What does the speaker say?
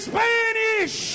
Spanish